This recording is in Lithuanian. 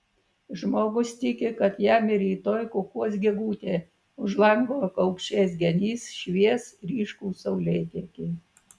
žmogus tiki kad jam ir rytoj kukuos gegutė už lango kaukšės genys švies ryškūs saulėtekiai